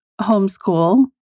homeschool